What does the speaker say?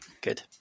good